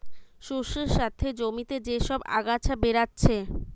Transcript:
শস্যের সাথে জমিতে যে সব আগাছা বেরাচ্ছে